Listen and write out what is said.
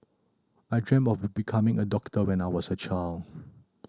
I dreamt of becoming a doctor when I was a child